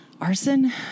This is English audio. Arson